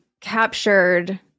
captured